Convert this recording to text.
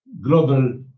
global